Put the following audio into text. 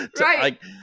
Right